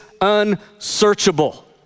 unsearchable